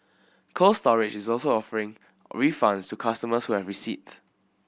Cold Storage is also offering refunds to customers who have receipt